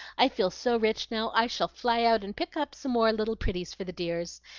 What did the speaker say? i feel so rich now, i shall fly out and pick up some more little pretties for the dears.